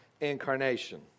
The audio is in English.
incarnation